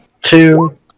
two